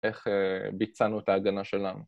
‫איך ביצענו את ההגנה שלנו.